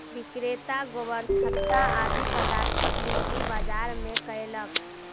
विक्रेता गोबरछत्ता आदि पदार्थक बिक्री बाजार मे कयलक